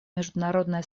международное